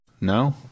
No